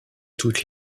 toutes